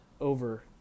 over